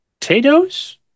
potatoes